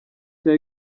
cya